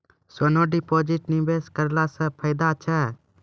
सोना deposit निवेश करला से फैदा छै?